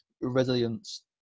resilience